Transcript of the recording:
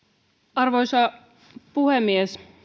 arvoisa puhemies